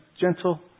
gentle